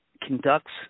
conducts